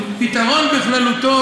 פתרון בכללותו,